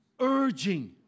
urging